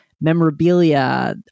memorabilia